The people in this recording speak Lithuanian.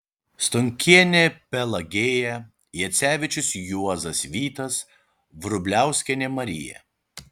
stonkienė pelagėja jacevičius juozas vytas vrubliauskienė marija